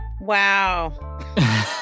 Wow